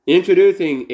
Introducing